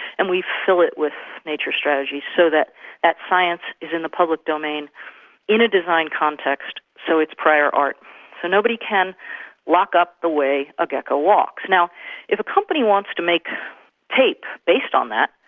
and we fill it with nature strategy so that that science is in the public domain in a design context, so it's prior art. so nobody can lock up the way a gecko walks. now if a company wants to make tapes based on that,